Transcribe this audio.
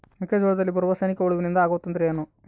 ಮೆಕ್ಕೆಜೋಳದಲ್ಲಿ ಬರುವ ಸೈನಿಕಹುಳುವಿನಿಂದ ಆಗುವ ತೊಂದರೆ ಏನು?